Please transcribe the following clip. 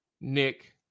Nick